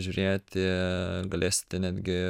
žiūrėti galėsite netgi